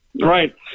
Right